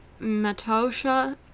Matosha